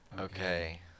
Okay